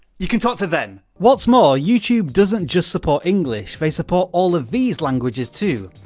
you can talk to them. what's more, youtube doesn't just support english, they support all of these languages too.